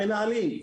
למנהלים,